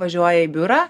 važiuoja į biurą